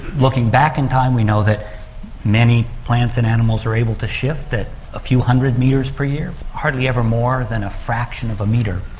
looking back in time we know that many plants and animals are able to shift at a few hundred metres per year, hardly ever more than a fraction of a metre.